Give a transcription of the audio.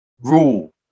rule